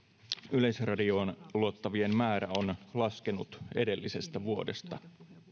yleisradioon luottavien määrä on laskenut edellisestä vuodesta